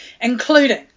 Including